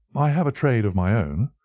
i have a trade of my own.